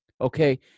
okay